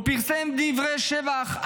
או פרסם דברי שבח,